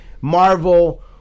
Marvel